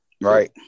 Right